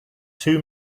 two